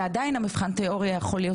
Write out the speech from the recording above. ועדיין יכול להיות שמבחן התיאוריה יכול להיות